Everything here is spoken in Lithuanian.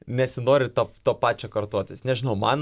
nesinori to to pačio kartotis nežinau man